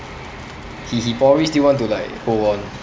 he he probably still want to like hold on